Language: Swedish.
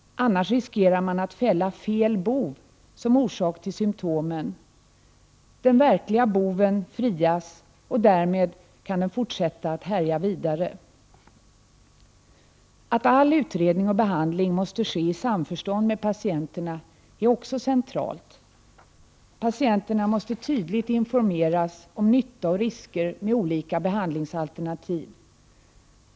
Annars riskerar man att fälla fel ”bov” som orsak till symtomen. Den verkliga boven frias och får därmed härja vidare. Att all utredning och behandling måste ske i samförstånd med patienterna är också centralt. Patienterna måste tydligt informeras om nytta och risker av olika behandlingsalternativ.